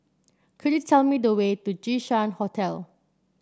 could you tell me the way to Jinshan Hotel